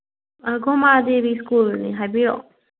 ꯑꯥ ꯒꯣꯃꯥ ꯗꯦꯕꯤ ꯁ꯭ꯀꯨꯜꯅꯤ ꯍꯥꯏꯕꯤꯔꯛꯑꯣ